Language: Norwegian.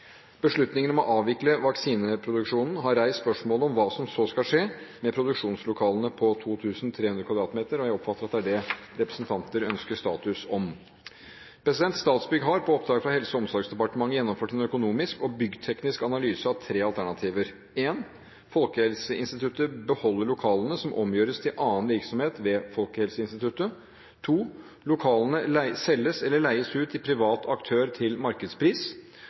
Beslutningen om å avvikle vaksineproduksjonen har reist spørsmålet om hva som så skal skje med produksjonslokalene på 2 300 m2, og jeg oppfatter at det er det representanter ønsker status om. Statsbygg har, på oppdrag fra Helse- og omsorgsdepartementet, gjennomført en økonomisk og byggteknisk analyse av tre alternativer: Folkehelseinstituttet beholder lokalene, som omgjøres til annen virksomhet ved Folkehelseinstituttet. Lokalene selges eller leies ut til privat aktør til markedspris.